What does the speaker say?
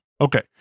Okay